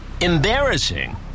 embarrassing